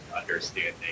understanding